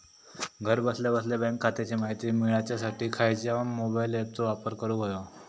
घरा बसल्या बसल्या बँक खात्याची माहिती मिळाच्यासाठी खायच्या मोबाईल ॲपाचो वापर करूक होयो?